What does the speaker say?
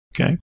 Okay